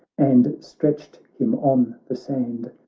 and stretched him on the sand.